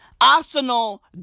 Arsenal